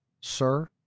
sir